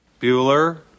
Bueller